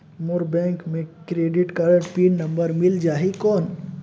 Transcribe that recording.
मोर bank मे credit card pin number मिल जाहि कौन?